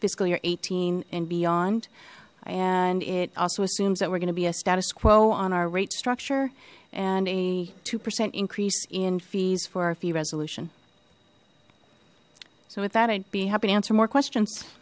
fiscal year eighteen and beyond and it also assumes that we're going to be a status quo on our rate structure and a two percent increase in fees for our fee resolution so with that i'd be happy to answer more questions